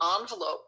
envelope